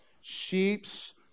Sheep's